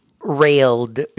railed